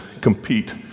compete